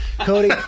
Cody